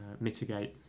mitigate